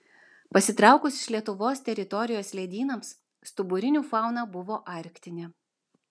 pasitraukus iš lietuvos teritorijos ledynams stuburinių fauna buvo arktinė